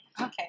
Okay